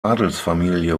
adelsfamilie